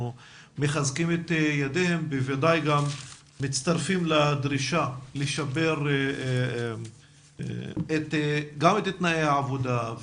אנחנו מחזקים את ידיהם ובוודאי מצטרפים לדרישה לשפר גם את תנאי העבודה,